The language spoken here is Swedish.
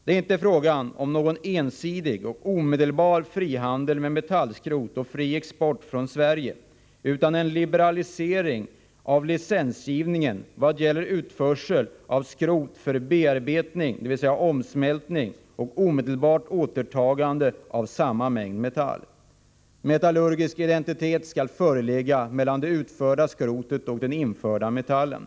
Det är inte fråga om någon ensidig och omedelbar frihandel med metallskrot och fri export från Sverige, utan det är fråga om en liberalisering av licensgivningen vad gäller utförsel av skrot för bearbetning, dvs. omsmältning och omedelbart återtagande av samma mängd metall. Metallurgisk identitet skall föreligga mellan det utförda skrotet och den införda metallen.